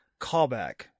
callback